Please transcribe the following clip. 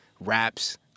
raps